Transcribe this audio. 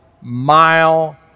Mile